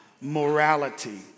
morality